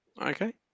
Okay